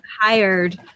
hired